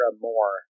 more